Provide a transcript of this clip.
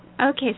okay